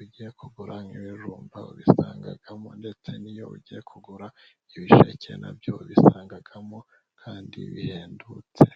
ugiye kugura ibijumba ubisangamo, ndetse n'iyo ugiye kugura ibisheke nabyo wa ubisangamo kandi bihendutse.